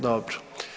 Dobro.